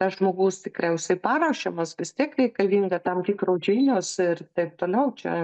tas žmogus tikriausiai paruošiamas vis tiek reikalinga tam tikros žinios ir taip toliau čia